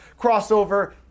crossover